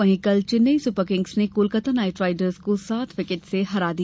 वही कल Chennai Super Kings ने कोलकाता नाइट राइडर्स को सात विकेट से हरा दिया